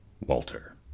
Walter